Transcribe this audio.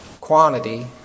quantity